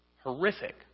horrific